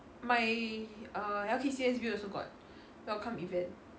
my err L_K_C S view also got welcome event